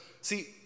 see